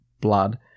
blood